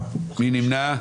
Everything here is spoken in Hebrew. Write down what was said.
מי נמנע?